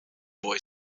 boy